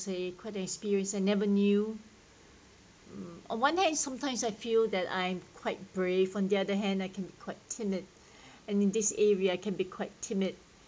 say quite experience you never knew mm on one hand I sometimes I feel that I'm quite brave on the other hand I can be quite timid and in this area can be quite timid